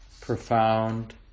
profound